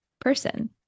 person